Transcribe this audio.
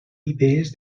idees